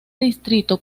distrito